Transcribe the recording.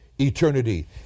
eternity